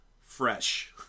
fresh